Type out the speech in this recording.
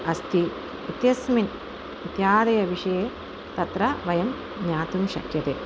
अस्ति इत्यस्मिन् इत्यादयः विषये तत्र वयं ज्ञातुं शक्यते